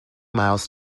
miles